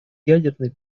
ядерной